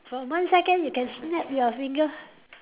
for one second you can snap your finger